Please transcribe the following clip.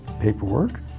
paperwork